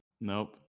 Nope